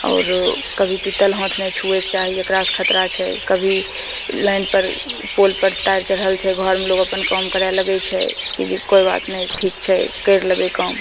आओर कभी तितल हाथ नहि छुवैके चाही एकरासँ खतरा छै कभी लाइनपर पोलपर तार चढ़ल छै घरमे लोग अपन काम करय लगय छै कि जे कोइ बात नहि ठीक छै करि लेबय काम